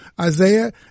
Isaiah